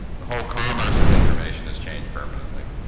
the whole commerce of information has changed permanently.